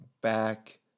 back